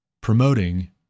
promoting